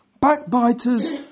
backbiters